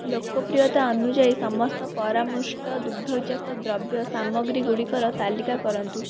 ଲୋକପ୍ରିୟତା ଅନୁଯାୟୀ ସମସ୍ତ ପରାମୁଷ୍ଟ ଦୁଗ୍ଧଜାତ ଦ୍ରବ୍ୟ ସାମଗ୍ରୀଗୁଡ଼ିକର ତାଲିକା କରନ୍ତୁ